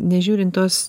nežiūrint tos